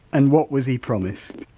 and what was he promised?